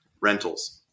rentals